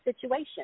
situation